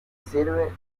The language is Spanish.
sirve